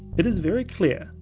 it is very clear,